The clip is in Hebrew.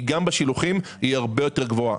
היא גם בשילוחים והיא הרבה יותר גבוהה.